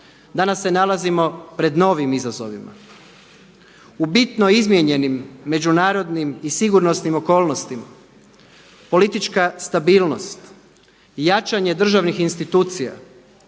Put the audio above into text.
danas se nalazimo pred novim izazovima. U bitno izmijenjenim međunarodnim i sigurnosnim okolnostima politička stabilnost i jačanje državnih institucija,